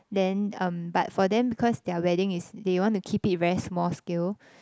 then um but for them because their wedding is they want to keep it very small scale